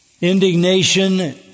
Indignation